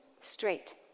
straight